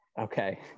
okay